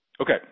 Okay